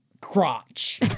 crotch